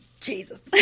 Jesus